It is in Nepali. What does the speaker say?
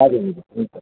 हजुर हजुर हुन्छ हुन्छ